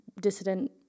dissident